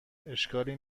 اشکالی